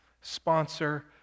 sponsor